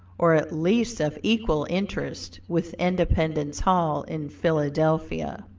or at least of equal interest with independence hall in philadelphia.